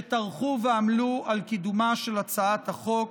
שטרחו ועמלו על קידומה של הצעת החוק.